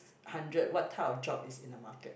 hundred what type of job is in the market